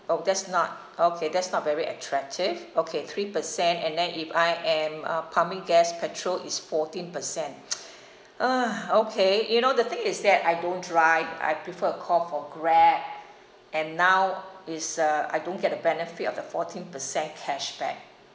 orh that's not okay that's not very attractive okay three percent and then if I am uh pumping gas petrol is fourteen percent okay you know the thing is that I don't drive I prefer to call for grab and now is uh I don't get the benefit of the fourteen percent cashback